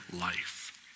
life